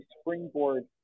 springboard